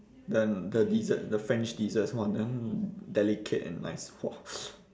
their the dessert the french desserts !wah! damn delicate and nice !wah!